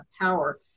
power